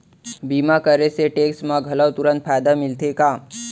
बीमा करे से टेक्स मा घलव तुरंत फायदा मिलथे का?